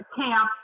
camp